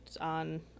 on